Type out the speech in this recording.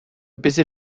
busy